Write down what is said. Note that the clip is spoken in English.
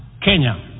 Kenya